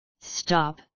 Stop